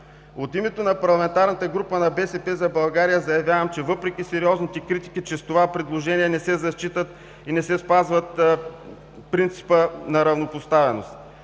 От името на парламентарната група на „БСП за България“ заявявам: въпреки сериозните критики, че с това предложение не се зачита и не се спазва принципът на равнопоставеност;